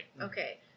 Okay